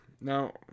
Now